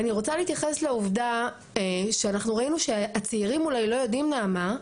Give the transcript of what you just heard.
ואני רוצה להתייחס לעובדה שאנחנו ראינו שהצעירים אולי לא יודעים נעמה,